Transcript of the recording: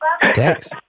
Thanks